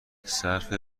صرف